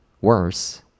worse